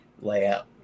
layout